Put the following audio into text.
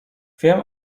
wiem